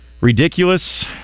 ridiculous